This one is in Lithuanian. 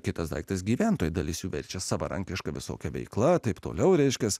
kitas daiktas gyventojų dalis jų verčiasi savarankiška visokia veikla taip toliau reiškias